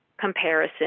comparison